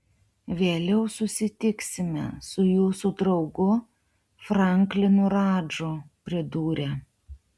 vėliau susitiksime su jūsų draugu franklinu radžu pridūrė